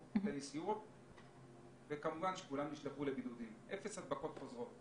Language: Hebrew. טניס וכמובן שכולם נשלחו לבידודים - אפס הדבקות חוזרות.